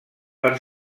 per